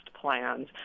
plans